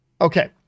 Okay